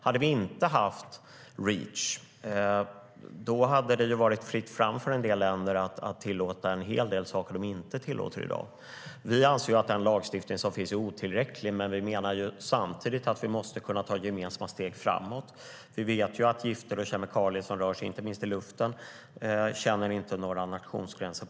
Om vi inte hade haft Reach skulle det ha varit fritt fram för en del länder att tillåta en hel del saker som de inte tillåter i dag. Vi anser att den lagstiftning som finns är otillräcklig, men vi anser samtidigt att vi måste ta gemensamma steg framåt. Vi vet att gifter och kemikalier som rör sig, inte minst i luften, inte känner några nationsgränser.